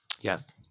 Yes